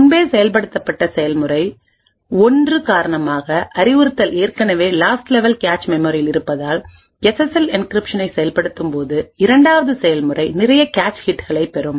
முன்பே செயல்படுத்தப்பட்ட செயல்முறை ஒன்று காரணமாக அறிவுறுத்தல்கள் ஏற்கனவே லாஸ்ட் லெவல் கேச் மெமரியில் இருப்பதால் எஸ்எஸ்எல் என்கிரிப்ஷனைசெயல்படுத்தும்போது இரண்டாவது செயல்முறை நிறைய கேச் ஹிட்களை பெரும்